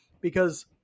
because-